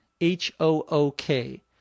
H-O-O-K